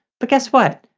but guess what,